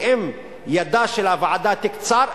ואם ידה של הוועדה תקצר,